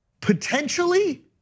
potentially